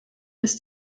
ist